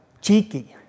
cheeky